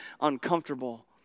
uncomfortable